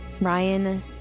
Ryan